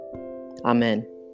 Amen